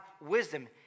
wisdom